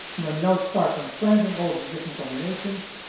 when we now start transplanting all of these different combinations,